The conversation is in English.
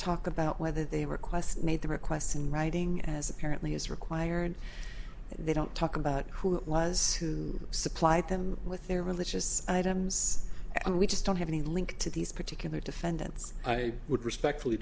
talk about whether they request made the request in writing as apparently as required and they don't talk about who was to supply them with their religious items and we just don't have any link to these particular defendants i would respect